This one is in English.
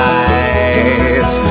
eyes